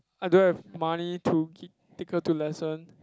I don't have money to gi~ take her to lesson